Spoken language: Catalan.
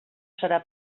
serà